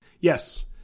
Yes